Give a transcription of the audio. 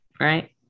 right